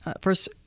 first